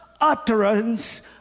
utterance